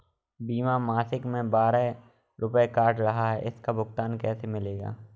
बीमा मासिक में बारह रुपय काट रहा है इसका भुगतान कैसे मिलेगा?